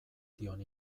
dion